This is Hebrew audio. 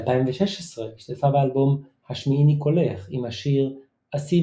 ב-2016 השתתפה באלבום "השמיעיני קולך" עם השיר "עשי